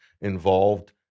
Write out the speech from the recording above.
involved